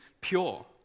pure